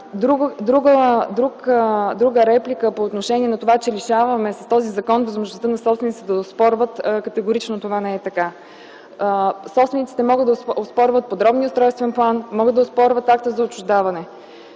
Друга реплика е по отношение на това, че с този закон лишаваме възможността на собствениците да оспорват – категорично това не е така. Собствениците могат да оспорват подробния устройствен план, могат да оспорват акта за отчуждаване.